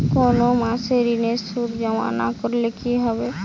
কোনো মাসে ঋণের সুদ জমা না করলে কি হবে?